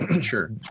Sure